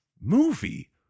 movie